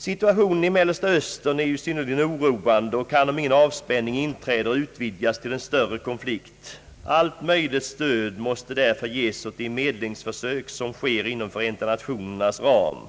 Situationen i Mellersta Östern är synnerligen oroande och kan, om ingen avspänning inträder, utvidgas till en större konflikt. Allt möjligt stöd måste därför ges åt de medlingsförsök som sker inom Förenta nationernas ram.